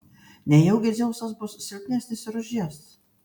nejaugi dzeusas bus silpnesnis ir už jas